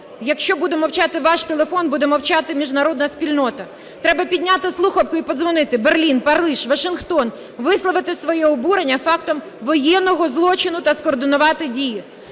Якщо буде мовчати ваш телефон, буде мовчати міжнародна спільнота. Треба підняти слухавку і подзвонити у Берлин, Париж, Вашингтон, висловити своє обурення фактом воєнного злочину та скоординувати дії.